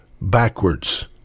backwards